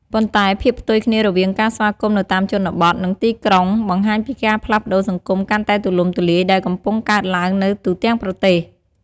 ប៉ុន្តែភាពផ្ទុយគ្នារវាងការស្វាគមន៍នៅតាមជនបទ និងទីក្រុងបង្ហាញពីការផ្លាស់ប្តូរសង្គមកាន់តែទូលំទូលាយដែលកំពុងកើតឡើងនៅទូទាំងប្រទេស។